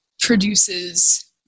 produces